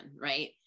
right